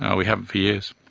ah we haven't for years.